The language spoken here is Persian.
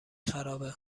خرابه